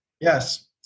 yes